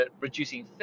reducing